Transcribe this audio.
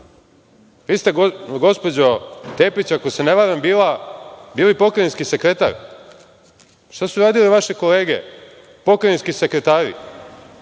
Vi ste gospođo Tepić, ako se ne varam, bili pokrajinski sekretar. Šta su radile vaše kolege, pokrajinski sekretari